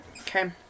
Okay